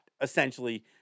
essentially